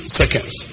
seconds